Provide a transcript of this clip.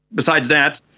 besides that,